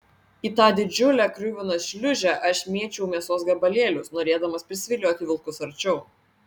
į tą didžiulę kruviną šliūžę aš mėčiau mėsos gabalėlius norėdamas prisivilioti vilkus arčiau